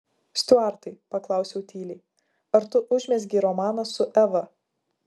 stiuartai paklausiau tyliai ar tu užmezgei romaną su eva